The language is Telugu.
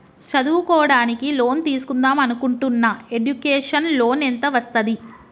చదువుకోవడానికి లోన్ తీస్కుందాం అనుకుంటున్నా ఎడ్యుకేషన్ లోన్ ఎంత వస్తది?